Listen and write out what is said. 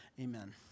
amen